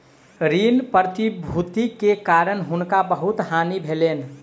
ऋण प्रतिभूति के कारण हुनका बहुत हानि भेलैन